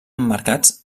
emmarcats